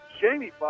Jamie